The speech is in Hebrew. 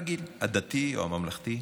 רגיל, הדתי או הממלכתי,